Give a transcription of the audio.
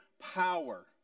power